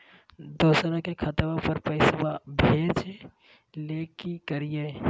दोसर के खतवा पर पैसवा भेजे ले कि करिए?